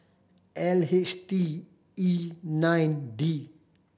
L H T E nine D